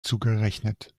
zugerechnet